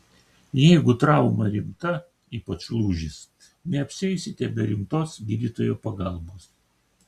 jeigu trauma rimta ypač lūžis neapsieisite be rimtos gydytojo pagalbos